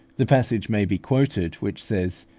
the passage may be quoted which says,